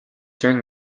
during